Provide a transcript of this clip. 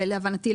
להבנתי,